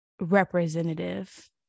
representative